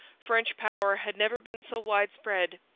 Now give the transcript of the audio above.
french power had never been so widespread.